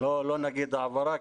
לא נגיד העברה,